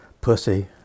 pussy